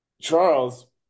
Charles